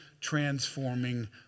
transforming